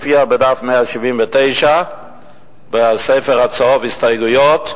זה הופיע בעמוד 179 בספר הצהוב של ההסתייגויות,